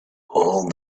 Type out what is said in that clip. all